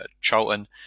Charlton